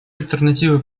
альтернативы